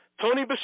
Tony